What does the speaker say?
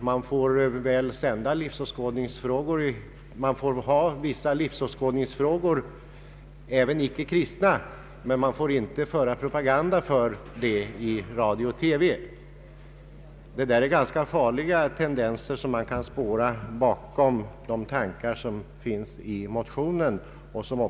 Man får sända program om livsåskådningsfrågor, även icke kristna, men man får icke föra propaganda för dem i radio och TV. Det är enligt min uppfattning ganska farliga tendenser som kan spåras bakom tankegångarna i motionen liksom